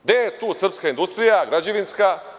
Gde je tu srpska industrija, građevinska.